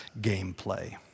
gameplay